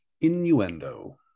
Innuendo